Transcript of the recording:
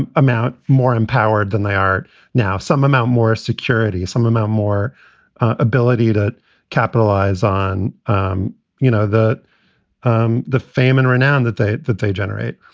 and amount more empowered than they are now, some amount more security, some amount more ability to capitalize on, um you know, that um the fame and renowned that that that they generate.